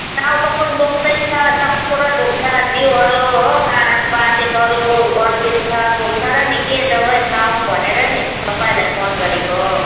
टाउको पनि दुख्दैछ सब कुरो दुख्छ जिउहरू हो करङ भाँचिएकोहरू बल्झिन्छ दुख्छ र नि के दबाई खाउँ भनेर नि तपाईँलाई फोन गरेको